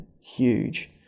huge